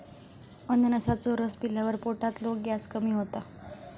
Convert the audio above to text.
अननसाचो रस पिल्यावर पोटातलो गॅस कमी होता